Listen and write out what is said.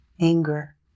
anger